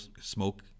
smoke